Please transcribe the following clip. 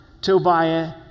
Tobiah